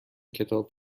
کتاب